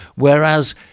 Whereas